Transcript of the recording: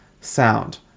Sound